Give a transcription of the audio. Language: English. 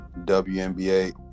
WNBA